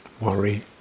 worry